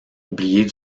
oubliée